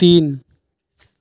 तीन